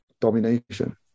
domination